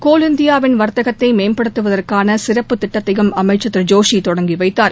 கோல் இந்தியாவின் வர்த்தகத்தை மேம்படுத்துவதற்கான சிறப்புத் திட்டத்தையும் அமைச்சர் திரு ஜோஷி தொடங்கி வைத்தார்